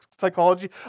psychology